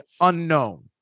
unknown